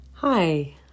Hi